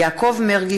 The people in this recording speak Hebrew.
יעקב מרגי,